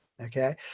Okay